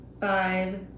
five